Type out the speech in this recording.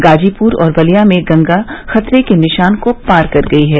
गाजीप्र और बलिया में गंगा खतरे के निशान को पार कर गयी है